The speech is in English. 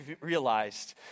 realized